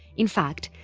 in fact,